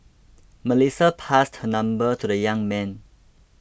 Melissa passed her number to the young man